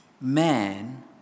man